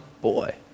boy